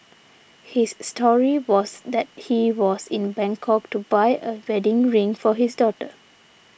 his story was that he was in Bangkok to buy a wedding ring for his daughter